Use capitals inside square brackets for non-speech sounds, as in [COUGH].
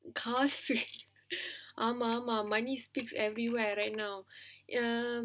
cost [LAUGHS] ஆமா ஆமா:aamaa aamaa money speaks everywhere right now ya